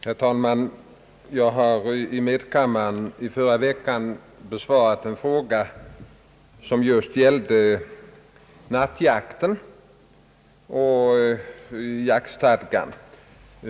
Herr talman! Jag har i förra veckan i medkammaren besvarat en fråga som gällde just nattjakten och jaktstadgan.